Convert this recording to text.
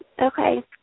okay